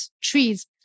trees